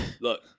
look